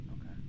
Okay